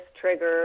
trigger